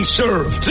serve